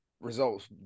results